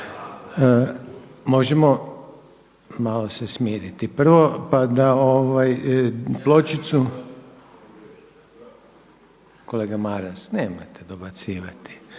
Možemo malo se smiriti prvo pa da, pločicu. Kolega Maras nemojte dobacivati!